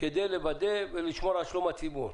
כדי לוודא ולשמור על שלום הציבור,